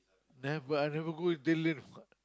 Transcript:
never I never go with delivery